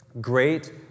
great